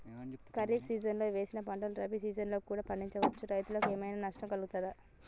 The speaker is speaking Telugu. ఖరీఫ్ సీజన్లో వేసిన పంటలు రబీ సీజన్లో కూడా పండించడం రైతులకు ఏమైనా నష్టం కలుగుతదా?